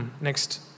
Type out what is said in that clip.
Next